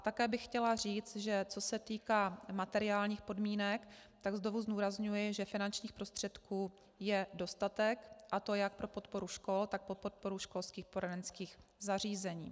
Také bych chtěla říct, že co se týká materiálních podmínek, tak znovu zdůrazňuji, že finančních prostředků je dostatek, a to jak pro podporu škol, tak pro podporu školských poradenských zařízení.